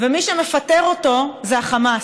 ומי שמפטר אותו זה החמאס,